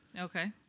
Okay